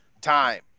time